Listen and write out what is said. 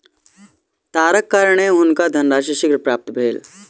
तारक कारणेँ हुनका धनराशि शीघ्र प्राप्त भेल